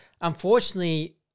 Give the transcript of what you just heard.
unfortunately